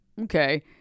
okay